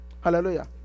Hallelujah